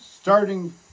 starting